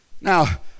Now